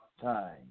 time